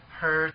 heard